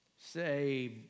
say